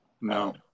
No